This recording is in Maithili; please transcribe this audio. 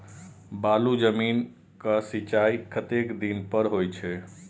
बालू जमीन क सीचाई कतेक दिन पर हो छे?